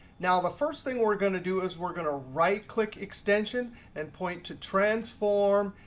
now the first thing we're going to do is we're going to right-click extension and point to transform,